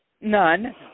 None